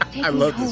i love this